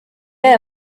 aya